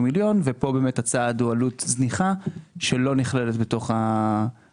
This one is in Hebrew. מיליון וכאן באמת הצעד הוא עלות זניחה שלא נכללת בתוך הנומרטור.